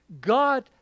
God